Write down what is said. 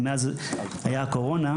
מאז שהייתה הקורונה.